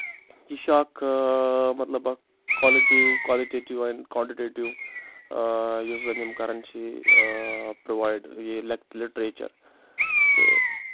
یہِ چھِ اَکھ آ مطلب اَکھ کالٹِو کالٹیٹِو اینڈ کانٹِٹیٹِو آ یُس زَن یِم کَران چھِ یہِ آ پرووایڈ یہِ لیٚکٹ لِٹریچَر تہٕ